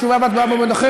תשובה והצבעה במועד אחר,